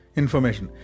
information